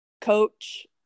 coach